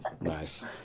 Nice